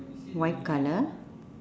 white colour